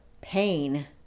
pain